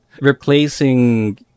replacing